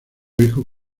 hijos